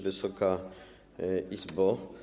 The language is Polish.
Wysoka Izbo!